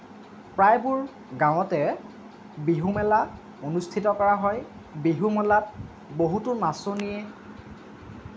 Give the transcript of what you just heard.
প্ৰায়বোৰ গাঁৱতে বিহুমেলা অনুষ্ঠিত কৰা হয় বিহুমেলাত বহুতো নাচনীয়ে